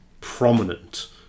prominent